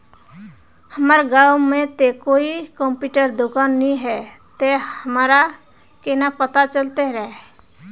हमर गाँव में ते कोई कंप्यूटर दुकान ने है ते हमरा केना पता चलते है?